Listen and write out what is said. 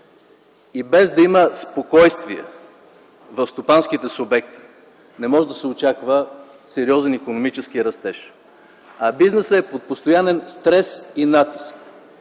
И без да има спокойствие в стопанските субекти не може да се очаква сериозен икономически растеж. А бизнесът е под постоянен стрес и натиск.